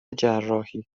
جراحی